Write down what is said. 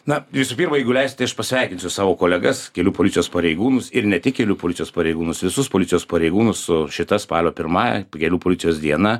na visų pirma jeigu leisit tai aš pasveikinsiu savo kolegas kelių policijos pareigūnus ir ne tik kelių policijos pareigūnus visus policijos pareigūnus su šita spalio pirmąja kelių policijos diena